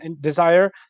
desire